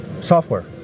Software